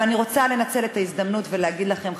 אני רוצה לנצל את ההזדמנות ולהגיד לכם,